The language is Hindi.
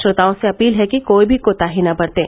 श्रोताओं से अपील है कि कोई भी कोताही न बरतें